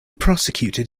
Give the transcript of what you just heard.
prosecuted